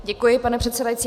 Děkuji, pane předsedající.